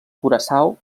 curaçao